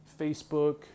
Facebook